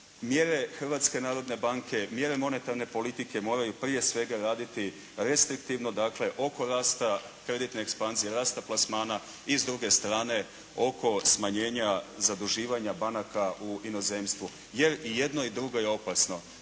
mjere Hrvatske narodne banke, mjere monetarne politike moraju prije svega raditi restriktivno, dakle oko rasta kreditne ekspanzije, rasta plasmana i s druge strane oko smanjenja zaduživanja banaka u inozemstvu. Jer i jedno i drugo je opasno.